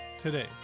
today